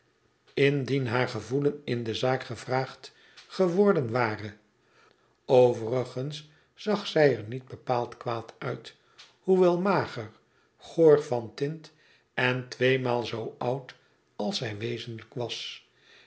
indien haar gevoelen in de zaak gevraagd geworden ware overigens zag zij er niet bepaald kwaad uit hoewel mager goor van tint en tweemaal zoo oud als zij wezenlijk was